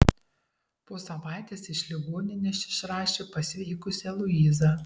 po savaitės iš ligoninės išrašė pasveikusią luizą